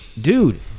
dude